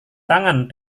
tangan